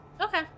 Okay